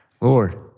Lord